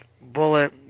bullet